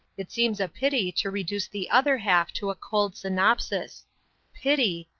it seems a pity to reduce the other half to a cold synopsis pity!